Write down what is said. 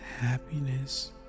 happiness